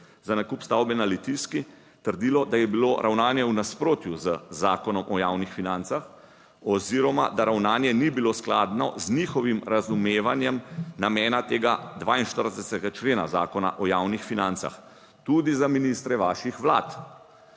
za nakup stavbe na Litijski trdilo, da je bilo ravnanje v nasprotju z Zakonom o javnih financah oziroma da ravnanje ni bilo skladno z njihovim razumevanjem namena tega 42. člena Zakona o javnih financah **9. TRAK: (SC) –